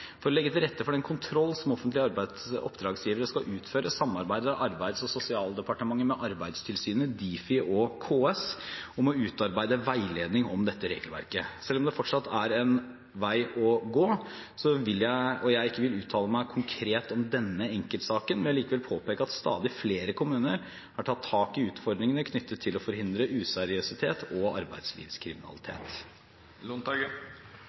For å legge til rette for den kontroll som offentlige oppdragsgivere skal utføre, samarbeider Arbeids- og sosialdepartementet med Arbeidstilsynet, Difi og KS om å utarbeide en veiledning om dette regelverket. Selv om det fortsatt er en vei å gå og jeg ikke vil uttale meg konkret om denne enkeltsaken, vil jeg likevel påpeke at stadig flere kommuner har tatt tak i utfordringene knyttet til å forhindre useriøsitet og